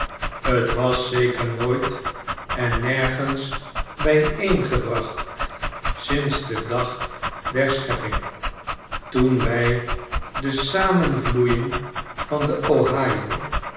heeten twas zeker nooit en nergens bijeengebracht sinds den dag der schepping toen wij de samenvloeiing van den